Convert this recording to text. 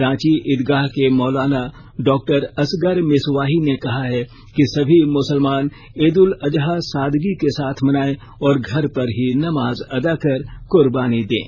रांची ईदगाह के मौलाना डॉक्टर असगर मिसवाही ने कहा है कि सभी मुसलमान ईद उल अजहा सादगी के साथ मनाएं और घर पर ही नमाज अदा कर कर्बानी दें